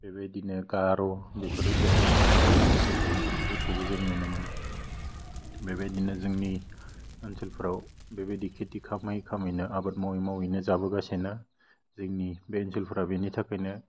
बेबायदिनो गार' बेफोर बोसोर खिया बोसोरखिया खिथिबाथिफोरखौ जों नुनो मोनो बेबायदिनो जोंनि ओनसोलफ्राव बेबायदि खिथि खालामै खालामैनो आबाय मावै मावैनो जाबोगासिनो जोंनि बे ओनसोलफ्रा बेनि थाखायनो